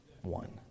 one